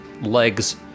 legs